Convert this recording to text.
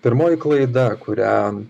pirmoji klaida kurią